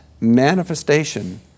manifestation